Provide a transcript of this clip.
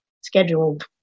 scheduled